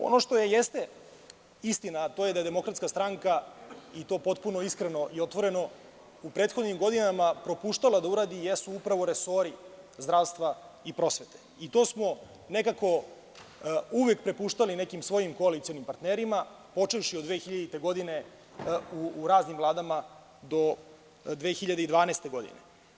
Ono što jeste istina, to je da DS i to potpuno iskreno i otvoreno, u prethodnim godinama propuštala da uradi, jesu upravo resori zdravstva i prosvete i to smo nekako uvek prepuštali nekim svojim koalicionim partnerima, počevši od 2000. godine u raznim vladama, do 2012. godine.